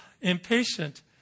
impatient